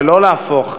ולא להפוך,